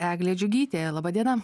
eglė džiugytė laba diena